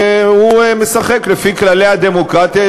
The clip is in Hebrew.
והוא משחק לפי כללי הדמוקרטיה.